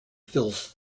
fills